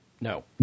No